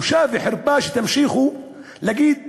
בושה וחרפה שתמשיכו להגיד "דמוקרטית",